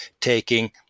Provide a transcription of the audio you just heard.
taking